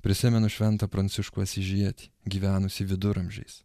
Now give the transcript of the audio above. prisimenu šventą pranciškų asyžietį gyvenusį viduramžiais